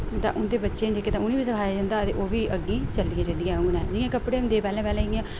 तां उंदे बच्चे न जेह्के तां उने बी सखाया जंदा हा ते ओह् बी इ'यां गै अग्गें चलदियां चलदियां हून ऐ जियां कपड़े होंदे हे पैह्लैं पैह्लैं जियां